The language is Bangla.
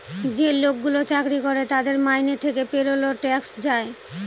যে লোকগুলো চাকরি করে তাদের মাইনে থেকে পেরোল ট্যাক্স যায়